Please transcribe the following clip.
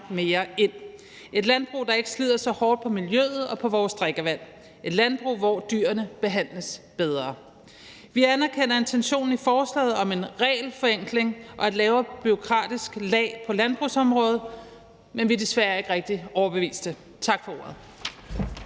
mere ind, et landbrug, der ikke slider så hårdt på miljøet og på vores drikkevand, et landbrug, hvor dyrene behandles bedre. Vi anerkender intentionen i forslaget om en regelforenkling og et lavere bureaukratisk lag på landbrugsområdet, men vi er desværre ikke rigtig overbeviste. Tak for ordet.